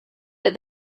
but